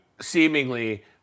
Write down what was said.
Seemingly